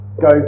go